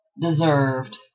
deserved